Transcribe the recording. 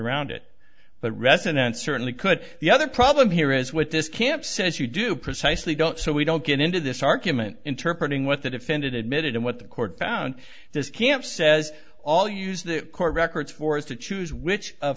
around it but residents certainly could the other problem here is what this camp says you do precisely don't so we don't get into this argument interprete ing what the defendant admitted and what the court found this camp says all use the court records for is to choose which